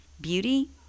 beauty